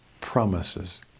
promises